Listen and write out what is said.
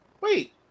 Wait